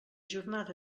jornada